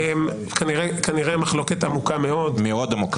כנראה מחלוקת עמוקה מאוד -- מאוד עמוקה.